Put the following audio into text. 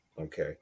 okay